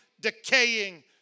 decaying